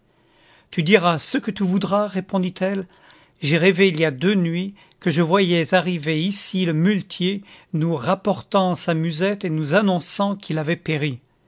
tu diras ce que tu voudras répondit-elle j'ai rêvé il y a deux nuits que je voyais arriver ici le muletier nous rapportant sa musette et nous annonçant qu'il avait péri